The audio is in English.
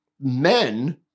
men